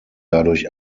dadurch